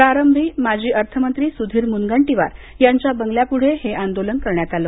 प्रारंभी माजी अर्थमंत्री सुधीर मुनगंटीवार यांच्या बंगल्यापुढे हे आंदोलन करण्यात आलं